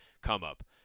come-up